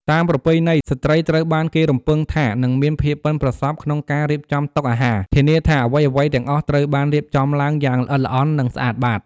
តាមប្រពៃណី ស្ត្រីត្រូវបានគេរំពឹងថានឹងមានភាពប៉ិនប្រសប់ក្នុងការរៀបចំតុអាហារ ធានាថាអ្វីៗទាំងអស់ត្រូវបានរៀបចំឡើងយ៉ាងល្អិតល្អន់ និងស្អាតបាត។